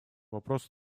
вопрос